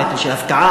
הנטל של ההפקעה,